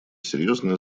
серьезная